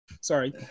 Sorry